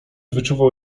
wyczuwał